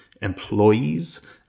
employees